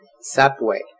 Subway